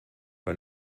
war